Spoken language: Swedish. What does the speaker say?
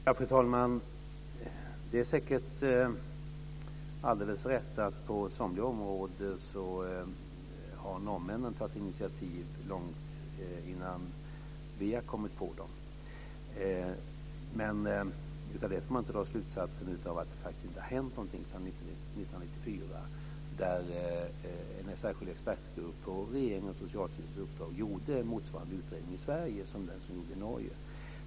Fru talman! Det är säkert alldeles rätt att norrmännen på somliga områden har tagit initiativ långt före oss. Men av det får man inte dra slutsatsen att det inte har hänt någonting sedan 1994, då en särskild expertgrupp på regeringens och Socialstyrelsens uppdag gjorde motsvarande utredning i Sverige som den som gjordes i Norge.